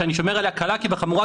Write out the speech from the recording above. שאני שומר עליה קלה כבחמורה,